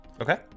Okay